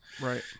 Right